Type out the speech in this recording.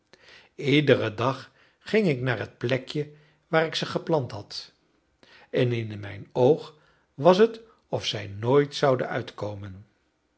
iederen dag ging ik naar het plekje waar ik ze geplant had en in mijn oog was het of zij nooit zouden uitkomen